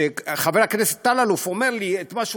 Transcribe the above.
שחבר הכנסת אלאלוף אומר לי את מה שהוא